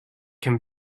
can